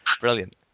Brilliant